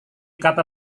kata